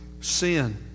sin